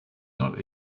not